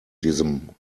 diesem